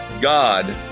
God